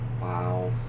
Wow